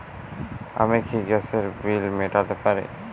আমি কি গ্যাসের বিল মেটাতে পারি?